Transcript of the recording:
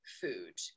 food